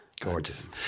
Gorgeous